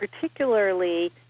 particularly